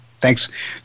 Thanks